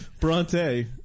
Bronte